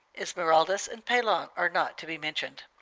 esmeraldas and peylon are not to be mentioned.